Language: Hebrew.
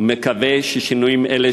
ואני מקווה ששינויים אלה,